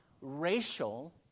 Racial